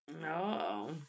No